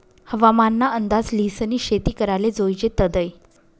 हवामान ना अंदाज ल्हिसनी शेती कराले जोयजे तदय